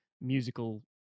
musical